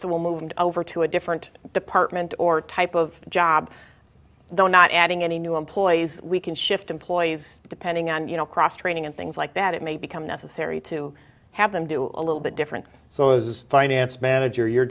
so will move and over to a different department or type of job though not adding any new employees we can shift employees depending on you know cross training and things like that it may become necessary to have them do a little bit different so as finance manager your